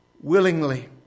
willingly